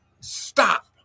stop